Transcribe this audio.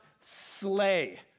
slay